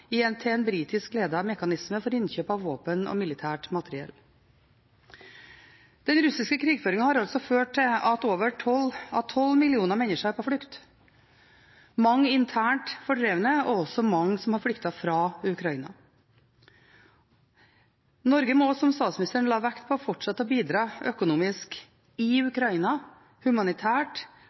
britisk ledet mekanisme for innkjøp av våpen og militært materiell. Den russiske krigføringen har ført til at 12 millioner mennesker er på flukt – mange internt fordrevne og også mange som har flyktet fra Ukraina. Norge må, som statsministeren la vekt på, fortsette å bidra økonomisk i Ukraina